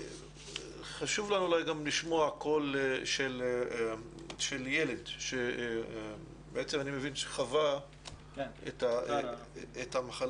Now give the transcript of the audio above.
חשוב לנו אולי גם לשמוע את הקול של ילד שאני מבין שחווה את המחלה.